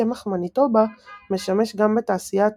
קמח מניטובה משמש גם בתעשיית